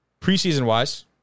preseason-wise